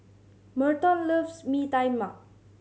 Merton loves Mee Tai Mak